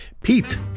Pete